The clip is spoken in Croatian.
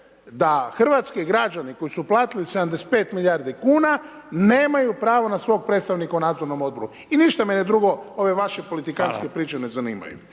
da hrvatski građani koji su uplatili 75 milijardi kuna, nemaju pravo na svog predstavnika u nadzornom odboru i ništa me drugo ove vaše politikanske priče ne zanimaju.